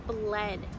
bled